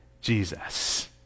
Jesus